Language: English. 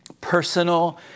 personal